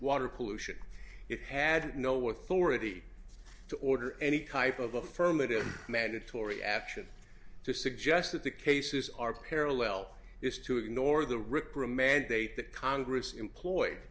water pollution it had no worth already to order any kind of affirmative mandatory action to suggest that the cases are parallel is to ignore the ripper mandate that congress employed